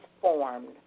formed